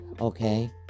Okay